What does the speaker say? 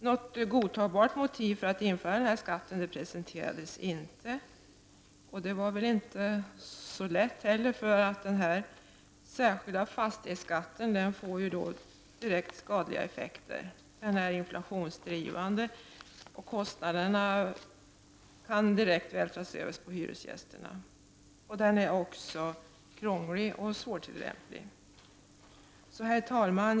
Något godtagbart motiv för att införa den skatten presenterades inte. Det var inte heller så lätt. Den särskilda fastighetsskatten får ju direkt skadliga effekter. Den är inflationsdrivande, och kostnaderna kan direkt vältras över på hyresgästerna. Den är också krånglig och svår att tillämpa. Herr talman!